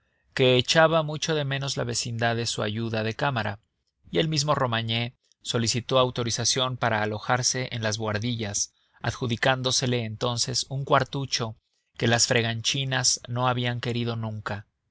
que echaba mucho de menos la vecindad de su ayuda de cámara y el mismo romagné solicitó autorización para alojarse en las buhardillas adjudicándosele entonces un cuartucho que las freganchinas no habían querido nunca